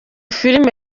filime